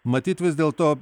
matyt vis dėlto